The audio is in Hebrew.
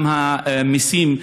גם המסים,